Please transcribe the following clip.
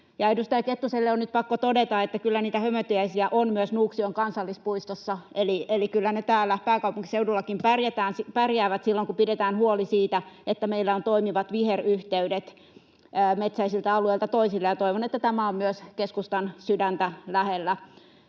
Edustaja Kettuselle on nyt pakko todeta, että kyllä niitä hömötiaisia on myös Nuuksion kansallispuistossa, [Tuomas Kettunen: Hyvä!] eli kyllä ne täällä pääkaupunkiseudullakin pärjäävät silloin, kun pidetään huoli siitä, että meillä on toimivat viheryhteydet metsäisiltä alueilta toisille, ja toivon, että tämä on myös keskustan sydäntä lähellä